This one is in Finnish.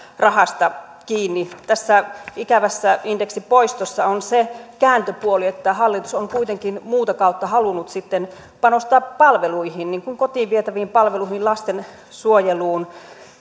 rahasta kiinni tässä ikävässä indeksin poistossa on se kääntöpuoli että hallitus on kuitenkin muuta kautta halunnut sitten panostaa palveluihin niin kuin kotiin vietäviin palveluihin lastensuojeluun